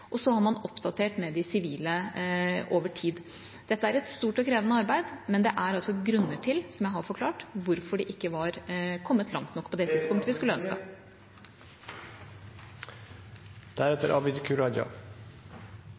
og så har man oppdatert med de sivile over tid. Dette er et stort og krevende arbeid, men det er grunner til, som jeg har forklart, hvorfor det ikke var kommet langt nok på det tidspunktet.